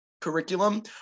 curriculum